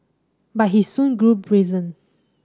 but he soon grew brazen